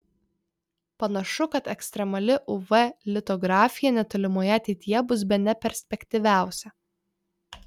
panašu kad ekstremali uv litografija netolimoje ateityje bus bene perspektyviausia